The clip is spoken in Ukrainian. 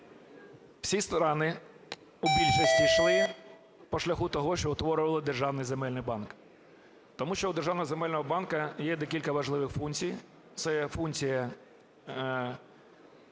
Всі страни у більшості йшли по шляху того, що утворювали державний земельний банк. Тому що в державного земельного банку є декілька важливих функцій. Це функція